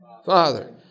Father